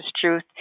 truth